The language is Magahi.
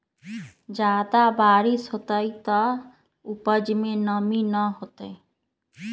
हम की करू की हमर उपज में नमी न होए?